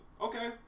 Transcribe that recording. Okay